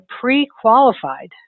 pre-qualified